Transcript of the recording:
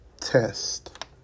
test